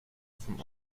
from